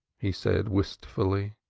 he said, wistfully,